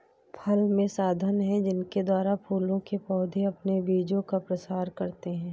फल वे साधन हैं जिनके द्वारा फूलों के पौधे अपने बीजों का प्रसार करते हैं